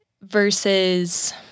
versus